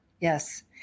Yes